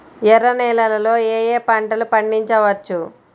ఎర్ర నేలలలో ఏయే పంటలు పండించవచ్చు?